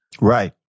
Right